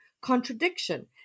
contradiction